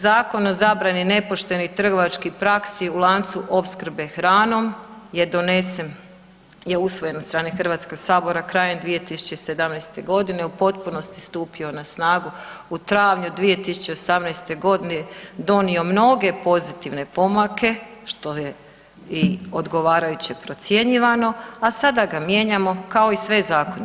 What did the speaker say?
Zakon o zabrani nepoštenih praksi u lancu opskrbe hranom je donesen, je usvojen od strane Hrvatskog sabora krajem 2017. godine, u potpunosti stupio na snagu u travnju 2018. godine, donio mnoge pozitivne pomake što je i odgovarajuće procjenjivano, a sada ga mijenjamo kao i sve zakone.